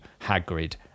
Hagrid